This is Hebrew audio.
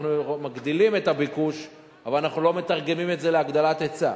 אנחנו מגדילים את הביקוש אבל אנחנו לא מתרגמים את זה להגדלת היצע.